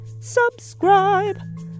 subscribe